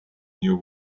new